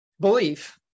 belief